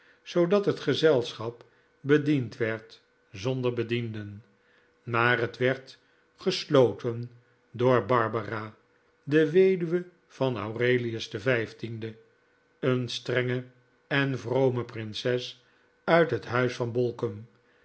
zoodat het gezelschap bediend werd zonder bedienden maar het werd gesloten door barbara de weduwe van aurelius xv een strenge en vrome prinses uit het huis van bolkum